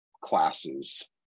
classes